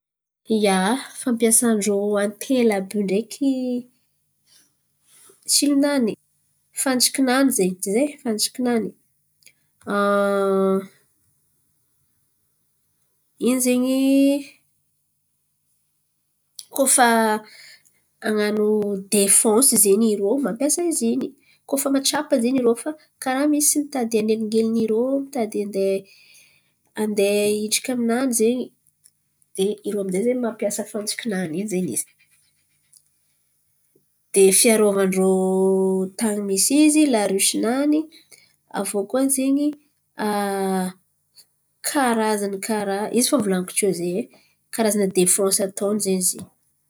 Ia, fampiasan-drô antely àby io ndraiky tsilo-nany fantsiki-nany zen̈y ze tsy ze fantsiki-nany. Ino zin̈y? Koa fa an̈ano defansy zen̈y irô mampiasa ziny. Koa fa mahatsapa zen̈y irô fa karà misy tady an̈eligelin̈y irô mitady andeha hidriky aminany zen̈y. De irô amizay mampiasa fantsiki-nany in̈y ze izy de fiarovan-drô tany misy izy larishi-nany aviô koa zen̈y. Karazan̈y kara, izy fa nivolan̈iko tio zen̈y karazan̈a defansy ataony zen̈y zin̈y.